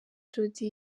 jody